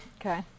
Okay